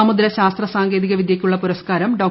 സമുദ്ര ശാസ്ത്ര സാങ്കേതിക വിദൃയ്ക്കുള്ള പുരസ്കാരം ഡോ